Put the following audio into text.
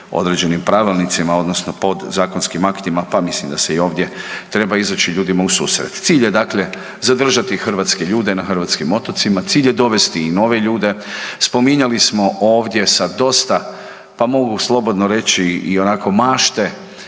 određenim Pravilnicima odnosno podzakonskim aktima, pa mislim da se i ovdje treba izaći ljudima u susret. Cilj je dakle zadržati hrvatske ljude na hrvatskim otocima, cilj je dovesti i nove ljude. Spominjali smo ovdje sa dosta, pa mogu slobodno reći i onako mašte,